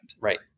right